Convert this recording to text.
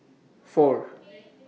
four